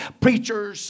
preachers